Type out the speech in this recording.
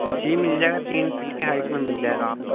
جی مل جائے گا تین فٹ کی ہائیٹ میں مل جائے گا آپ کو